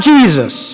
Jesus